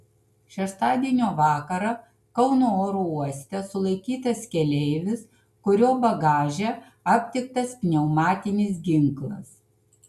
šeštadienio vakarą kauno oro uoste sulaikytas keleivis kurio bagaže aptiktas pneumatinis ginklas